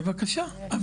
בבקשה.